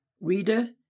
Reader